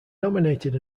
nominated